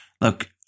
look